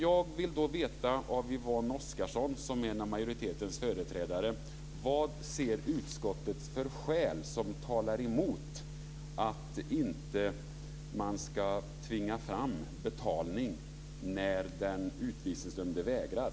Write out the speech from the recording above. Jag vill veta av Yvonne Oscarsson, som en av majoritetens företrädare, vad utskottet ser för skäl som talar emot att man ska tvinga fram betalning när den utvisningsdömde vägrar.